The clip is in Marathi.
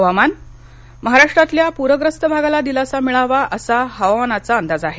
हवामान महाराष्ट्रातल्या प्रख्यस्त भागाला दिलासा मिळावा असा हवामानाचा अंदाज आहे